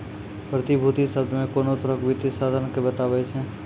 प्रतिभूति शब्द कोनो तरहो के वित्तीय साधन के बताबै छै